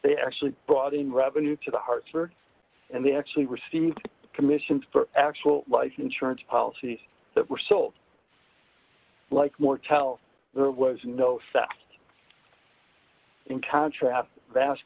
they actually brought in revenue to the hartford and they actually received commissions for actual life insurance policies that were sold like more tell there was no theft in contrast vas